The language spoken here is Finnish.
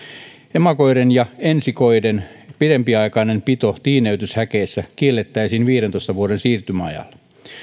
emakoiden ja ensikoiden pidempiaikainen pito tiineytyshäkeissä kiellettäisiin viidentoista vuoden siirtymäajalla